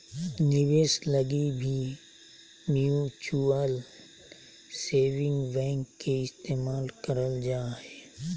निवेश लगी भी म्युचुअल सेविंग बैंक के इस्तेमाल करल जा हय